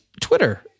Twitter